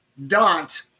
dot